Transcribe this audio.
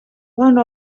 one